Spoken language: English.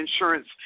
insurance